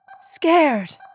scared